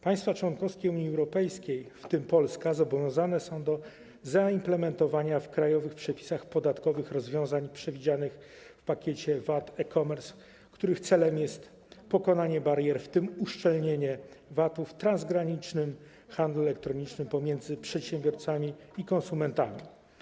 Państwa członkowskie Unii Europejskiej, w tym Polska, zobowiązane są do zaimplementowania w krajowych przepisach podatkowych rozwiązań przewidzianych w pakiecie VAT e-commerce, których celem jest pokonanie barier, w tym uszczelnienie VAT-u w transgranicznym handlu elektronicznym pomiędzy przedsiębiorcami i konsumentami.